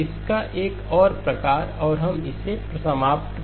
इसका एक और प्रकार और हम इसे समाप्त करेंगे